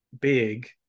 big